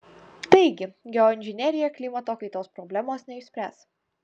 taigi geoinžinerija klimato kaitos problemos neišspręs